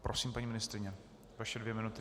Prosím, paní ministryně, vaše dvě minuty.